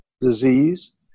disease